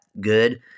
good